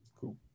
cool